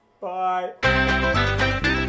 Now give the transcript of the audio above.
bye